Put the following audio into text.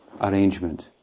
arrangement